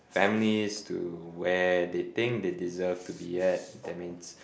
families to where they think they deserve to be at that means